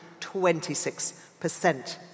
26%